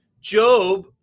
Job